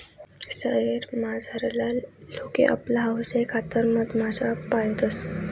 शयेर मझारला लोके आपला हौशेखातर मधमाश्या पायतंस